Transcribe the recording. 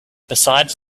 besides